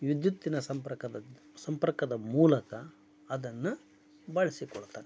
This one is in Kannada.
ವಿದ್ಯುತ್ತಿನ ಸಂಪರ್ಕದ ಸಂಪರ್ಕದ ಮೂಲಕ ಅದನ್ನು ಬಳಸಿಕೊಳ್ತಾನೆ